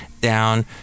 down